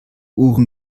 ohren